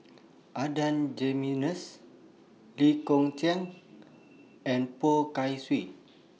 Adan Jimenez Lee Kong Chian and Poh Kay Swee